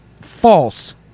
false